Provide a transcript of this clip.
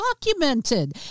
documented